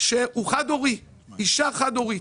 שהוא חד הורי, אישה חד הורית.